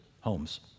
homes